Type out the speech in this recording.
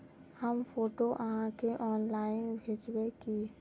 हम फोटो आहाँ के ऑनलाइन भेजबे की?